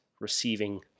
receiving